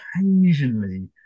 occasionally